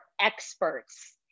experts